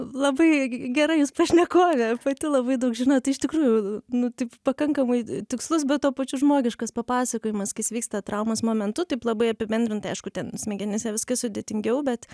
labai gera jūs pašnekovė pati labai daug žinot iš tikrųjų nu tai pakankamai tikslus bet tuo pačiu žmogiškas papasakojimas kas vyksta traumos momentu taip labai apibendrintai aišku ten smegenyse viskas sudėtingiau bet